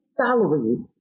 salaries